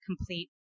complete